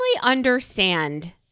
understand